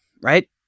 right